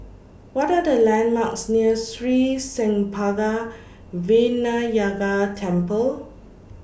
What Are The landmarks near Sri Senpaga Vinayagar Temple